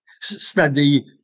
study